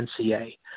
NCA